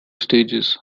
stages